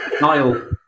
Niall